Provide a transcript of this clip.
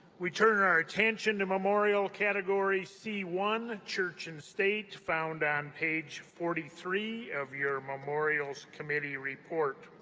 we turn our attention to memorial category c one church and state, found on page forty three of your memorials committee report.